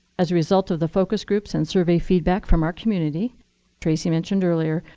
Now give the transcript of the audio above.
as a result of the focus groups and survey feedback from our community tracy mentioned earlier,